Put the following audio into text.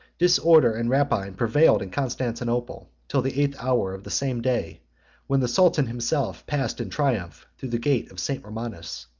disorder and rapine prevailed in constantinople, till the eighth hour of the same day when the sultan himself passed in triumph through the gate of st. romanus.